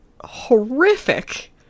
horrific